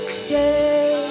stay